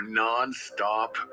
non-stop